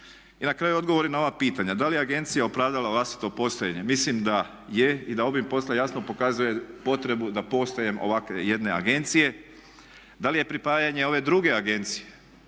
I na kraju odgovori na ova pitanja. Da li je agencija opravdala vlastito postojanje? Mislim da je i da ovim posve jasno pokazuje potrebu da postojanjem ovakve jedne agencije. Da li je pripajanje ove druge agencije